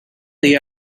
they